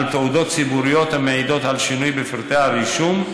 תעודות ציבוריות המעידות על שינוי בפרט הרישום,